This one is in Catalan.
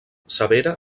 severa